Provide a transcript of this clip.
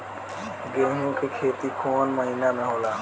गेहूं के खेती कौन महीना में होला?